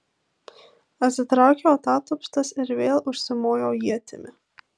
atsitraukiau atatupstas ir vėl užsimojau ietimi